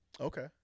Okay